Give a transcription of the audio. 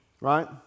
Right